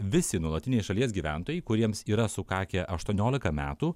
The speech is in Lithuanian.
visi nuolatiniai šalies gyventojai kuriems yra sukakę aštuoniolika metų